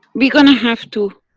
we gonna have to.